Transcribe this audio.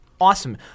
awesome